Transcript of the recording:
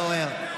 חבר הכנסת פורר,